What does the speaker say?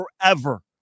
forever